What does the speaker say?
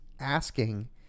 asking